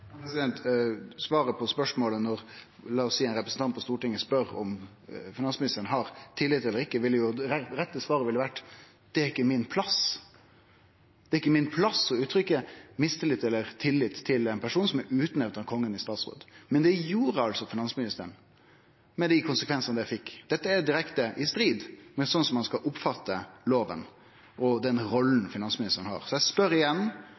svaret på spørsmålet når, la oss seie, ein representant i Stortinget spør om finansministeren har tillit eller ikkje, hadde vore at det er ikkje min plass å uttrykke mistillit eller tillit til ein person som er nemnd opp av Kongen i statsråd. Men det gjorde finansministeren med dei konsekvensar det fekk. Dette er direkte i strid med korleis ein skal oppfatte lova og den rolla finansministeren har. Eg spør igjen